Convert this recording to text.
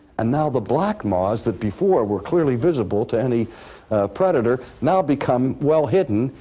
and now the black moths that before were clearly visible to any predator now become well-hidden,